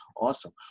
Awesome